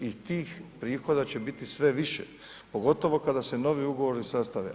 I tih prihoda će biti sve više, pogotovo kada se novi ugovori sastave.